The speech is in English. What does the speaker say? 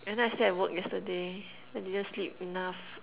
and then I slept at work yesterday I didn't sleep enough